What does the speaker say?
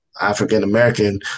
african-american